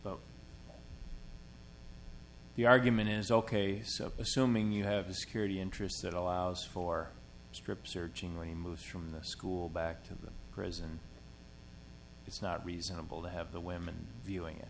hard the argument is ok so assuming you have the security interests that allows for strip searching removes from the school back to the prison it's not reasonable the have the women viewing